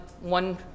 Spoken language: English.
one